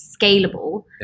scalable